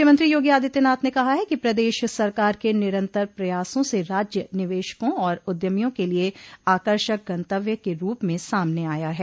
मुख्यमंत्री योगी आदित्यनाथ ने कहा है कि प्रदेश सरकार के निरन्तर प्रयासों से राज्य निवेशकों और उद्यमियों के लिये आकर्षक गंतव्य के रूप में सामने आया है